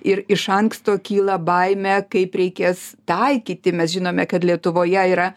ir iš anksto kyla baimė kaip reikės taikyti mes žinome kad lietuvoje yra